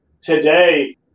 today